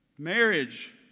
Marriage